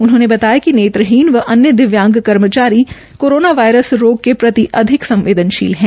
उन्होंने बताया कि नेत्रहीन और अन्य दिव्यांग कर्मचारी कोरोना वायरस रोग के प्रति अधिक संवदेनशील है